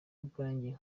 ubwanjye